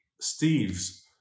Steve's